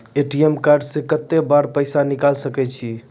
ATM card से कत्तेक बेर पैसा निकाल सके छी?